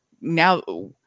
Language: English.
now